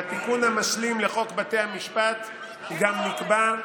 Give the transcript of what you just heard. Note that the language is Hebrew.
בתיקון המשלים לחוק בתי המשפט גם נקבע,